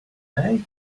today